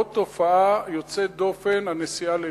זו לא תופעה יוצאת דופן, הנסיעה ללוב.